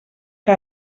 que